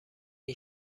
این